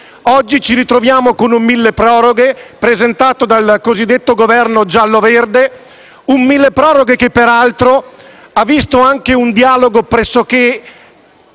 Oggi ci ritroviamo con un milleproroghe presentato dal cosiddetto Governo giallo-verde; un milleproroghe che peraltro ha visto anche un dialogo pressoché